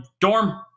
dorm